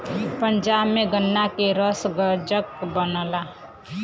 पंजाब में गन्ना के रस गजक बनला